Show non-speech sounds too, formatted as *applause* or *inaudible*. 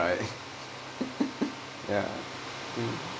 right *laughs* ya um